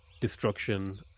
destruction